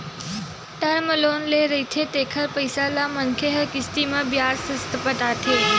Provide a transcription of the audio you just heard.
term loan ले रहिथे तेखर पइसा ल मनखे ह किस्ती म बियाज ससमेत पटाथे